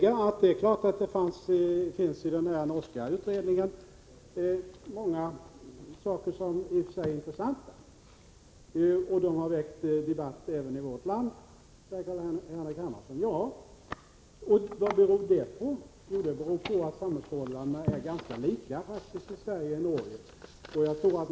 I den norska maktutredningen finns givetvis många saker som i och för sig är intressanta. De har väckt debatt även i vårt land, säger Carl-Henrik Hermansson. Ja, vad beror det på? Jo, det beror på att samhällsförhållandena är ganska lika i Sverige och i Norge.